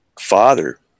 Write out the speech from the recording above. father